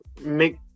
make